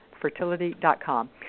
fertility.com